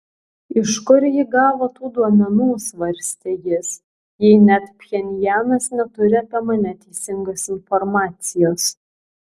iš kur ji gavo tų duomenų svarstė jis jei net pchenjanas neturi apie mane teisingos informacijos